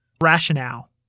rationale